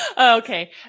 okay